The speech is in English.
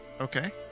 Okay